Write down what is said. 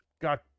god